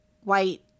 white